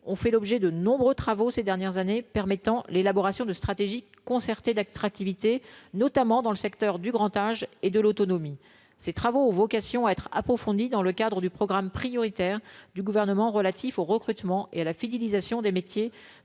ont fait l'objet de nombreux travaux ces dernières années, permettant l'élaboration de stratégies concertées d'acc très activités notamment dans le secteur du grand âge et de l'autonomie, ces travaux ont vocation à être approfondie dans le cadre du programme prioritaire du gouvernement relatifs au recrutement et à la fidélisation des métiers